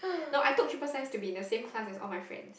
no I took triple science to be in the same class as all my friends